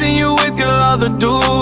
ah you with your other dude